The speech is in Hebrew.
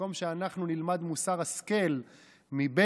ובמקום שאנחנו נלמד מוסר השכל ממקרון,